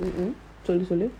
okay okay mmhmm mmhmm